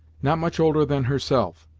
not much older than herself,